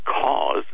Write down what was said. cause